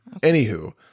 Anywho